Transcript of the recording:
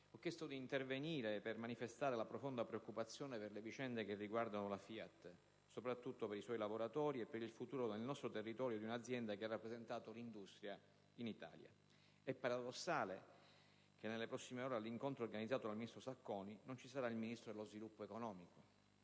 ho chiesto di intervenire per manifestare la profonda preoccupazione per le vicende che riguardano la FIAT e, soprattutto, i suoi lavoratori e per il futuro di un'azienda che, nel nostro territorio, ha rappresentato l'industria in Italia. È paradossale che nelle prossime ore, all'incontro organizzato dal ministro Sacconi, non ci sarà il Ministro dello sviluppo economico.